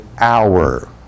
hour